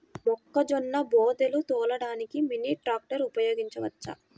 మొక్కజొన్న బోదెలు తోలడానికి మినీ ట్రాక్టర్ ఉపయోగించవచ్చా?